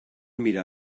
mirar